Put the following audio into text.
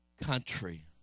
country